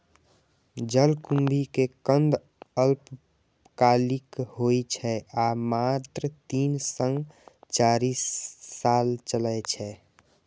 जलकुंभी के कंद अल्पकालिक होइ छै आ मात्र तीन सं चारि साल चलै छै